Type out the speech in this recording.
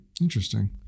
Interesting